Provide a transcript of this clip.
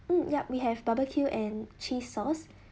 mm yup we have barbecue and cheese sauce